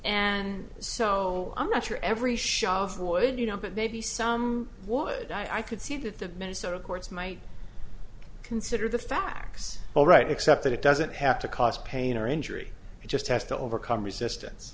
and so i'm not sure every shot of the would you know but maybe some would i could see that the minnesota courts might consider the facts all right except that it doesn't have to cause pain or injury it just has to overcome resistance